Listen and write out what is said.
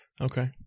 Okay